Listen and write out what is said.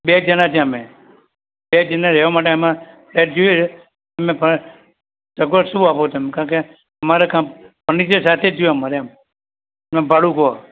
બે જણા છીએ અમે બે જણને રહેવા માટે અમારે ફ્લેટ જોઈએ છે એમાં સગવડ શું આપો તમે કારણ કે અમારે કાં ફર્નિચર સાથે જોઈએ અમારે એમ અને ભાડું કહો